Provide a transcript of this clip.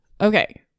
Okay